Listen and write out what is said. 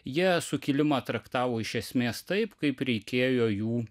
jie sukilimą traktavo iš esmės taip kaip reikėjo jų